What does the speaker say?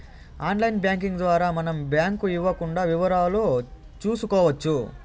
online banking ద్వారా మనం bank ఇవ్వకుండా వివరాలు చూసుకోవచ్చు